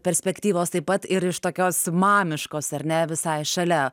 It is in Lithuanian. perspektyvos taip pat ir iš tokios mamiškos ar ne visai šalia